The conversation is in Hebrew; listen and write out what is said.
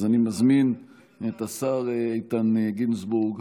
אז אני מזמין את השר איתן גינזבורג